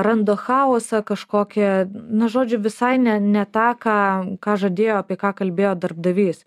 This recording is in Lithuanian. randa chaosą kažkokį na žodžiu visai ne ne tą ką ką žadėjo apie ką kalbėjo darbdavys